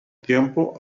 tiempo